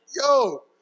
yo